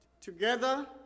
Together